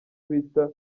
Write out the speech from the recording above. bita